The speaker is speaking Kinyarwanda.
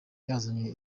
yazanye